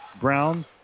Brown